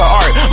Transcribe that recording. art